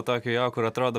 tokio jo kur atrodo